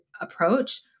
approach